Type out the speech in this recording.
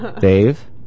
Dave